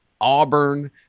auburn